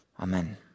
Amen